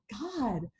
God